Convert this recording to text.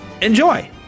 Enjoy